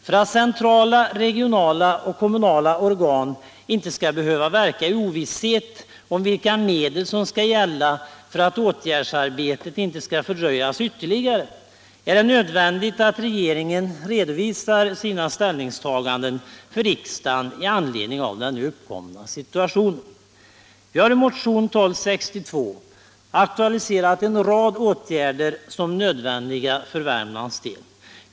För att centrala, regionala och kommunala organ inte skall behöva verka i ovisshet om vilka regler som skall gälla för att åtgärdsarbetet inte skall fördröjas ytterligare, är det nödvändigt att regeringen redovisar sina ställningstaganden för riksdagen i anledning av den nu uppkomna situationen. Vi har i motionen 1262 aktualiserat en rad åtgärder som nödvändiga för Värmlands del.